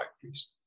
please